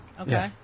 Okay